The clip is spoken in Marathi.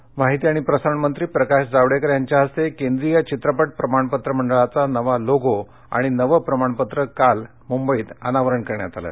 जावडेकरमुंबई माहिती आणि प्रसारण मंत्री प्रकाश जावडेकर यांच्या हस्ते केंद्रीय चित्रपट प्रमाणपत्र मंडळाचा नवा लोगो आणि नवं प्रमाणपत्र यांचं काल मुंबईत अनावरण करण्यात आलं